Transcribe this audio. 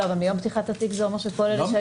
אבל מיום פתיחת התיק זה אומר שכל אלה שלא